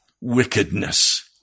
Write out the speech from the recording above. wickedness